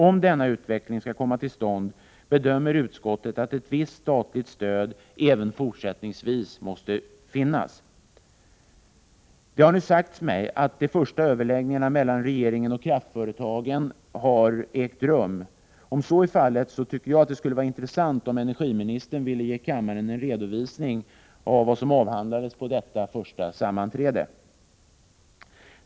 Om denna utveckling skall komma till stånd, måste ett visst statligt stöd enligt utskottets bedömning även fortsättningsvis finnas. Det har sagts mig att de första överläggningarna mellan regeringen och kraftföretagen har ägt rum. Om så är fallet, skulle det vara intressant att höra energiministern här inför kammaren redovisa vad som avhandlades på det första sammanträdet.